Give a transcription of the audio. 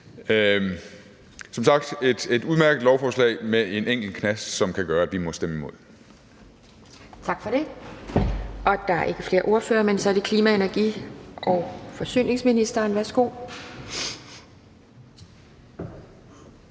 Som sagt er det et udmærket lovforslag med en enkelt knast, som kan gøre, at vi må stemme imod.